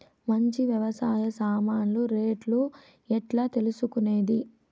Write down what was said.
మంచి వ్యవసాయ సామాన్లు రేట్లు ఎట్లా తెలుసుకునేది?